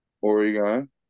Oregon